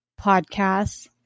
podcasts